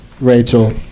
Rachel